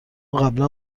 قبلا